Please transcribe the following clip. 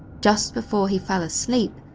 just before he fell asleep,